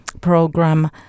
program